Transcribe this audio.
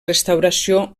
restauració